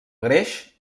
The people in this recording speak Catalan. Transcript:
greix